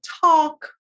talk